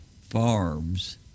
farms